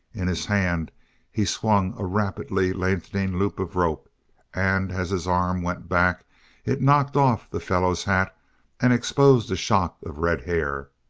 in his hand he swung a rapidly lengthening loop of rope and as his arm went back it knocked off the fellow's hat and exposed a shock of red hair.